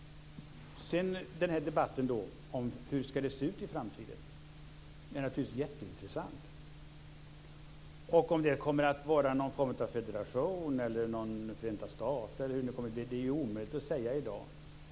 Debatten om hur det ska se ut i framtiden är naturligtvis jätteintressant. Kommer det att vara någon form av federation, någon form av förenta stater eller hur kommer det att bli? Det är omöjligt att säga i dag.